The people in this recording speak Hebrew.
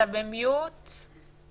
צוהריים טובים.